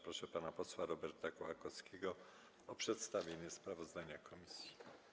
Proszę pana posła Roberta Kołakowskiego o przedstawienie sprawozdania komisji.